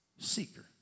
seeker